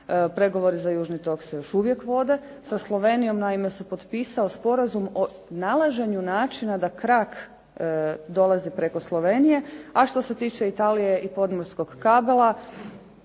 pregovori za Južni tok se još uvijek vode, sa Slovenijom se potpisao sporazum o nalaženju načina da krak dolazi preko Slovenije, a što se tiče Italije i podmorskog kabela